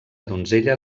donzella